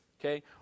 Okay